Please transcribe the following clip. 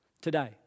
today